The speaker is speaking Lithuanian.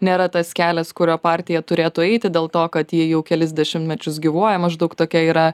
nėra tas kelias kuriuo partija turėtų eiti dėl to kad jie jau kelis dešimtmečius gyvuoja maždaug tokia yra